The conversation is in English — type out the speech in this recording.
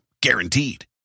Guaranteed